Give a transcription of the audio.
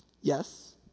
Yes